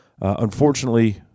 Unfortunately